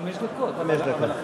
חמש דקות, לנמק